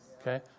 Okay